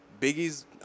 Biggie's